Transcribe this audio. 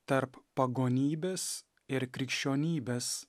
tarp pagonybės ir krikščionybės